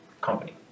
company